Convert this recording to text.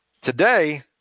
Today